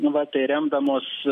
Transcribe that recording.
va tai remdamos